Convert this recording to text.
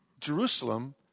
Jerusalem